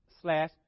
slash